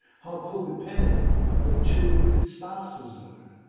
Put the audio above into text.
how codependent the two spouses are.